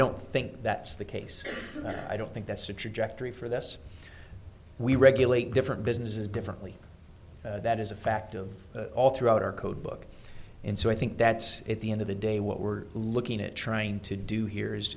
don't think that's the case i don't think that's a trajectory for the us we regulate different businesses differently that is a fact of all throughout our code book and so i think that at the end of the day what we're looking at trying to do here is